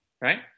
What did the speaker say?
right